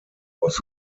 was